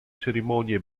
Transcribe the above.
cerimonie